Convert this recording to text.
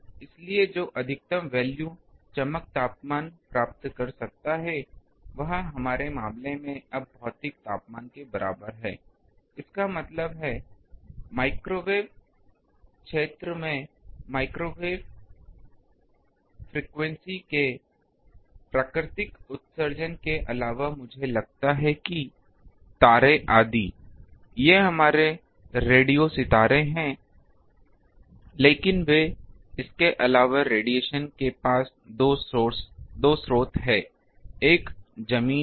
इसलिए जो अधिकतम वैल्यू चमक तापमान प्राप्त कर सकता है वह हमारे मामले में अब भौतिक तापमान के बराबर है इसका मतलब है माइक्रोवेव क्षेत्र में माइक्रोवेव आवृत्ति के प्राकृतिक उत्सर्जक के अलावा मुझे लगता है कि तारे आदि वे हमारे रेडियो सितारे हैं लेकिन वे इसके अलावा विकिरण के दो पास के स्रोत हैं एक जमीन है